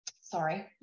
sorry